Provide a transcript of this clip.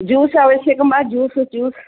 juice आवश्यकं वा juice juice